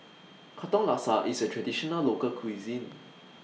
Katong Laksa IS A Traditional Local Cuisine